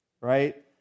right